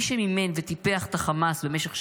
מי שמימן וטיפח את החמאס במשך שנים,